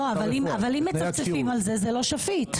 אבל אם מצפצפים על זה, זה לא שפיט.